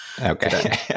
Okay